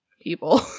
people